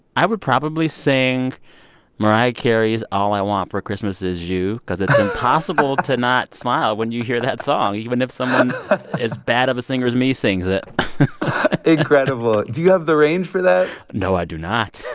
i would probably sing mariah carey's all i want for christmas is you because it's impossible to not smile when you hear that song, even if someone as bad of a singer as me sings it incredible. do you have the range for that? no, i do not